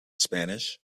spanish